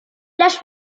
las